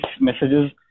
messages